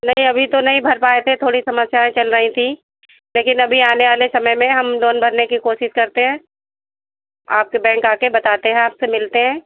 नहीं अभी तो नहीं भर पाए थे थोड़ी समस्याएं चल रही थी लेकिन अभी आने वाले समय में हम लोन भरने की कोशिश करते हैं आपके बैंक आकर बताते हैं आपसे मिलते हैं